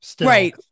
Right